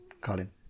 Colin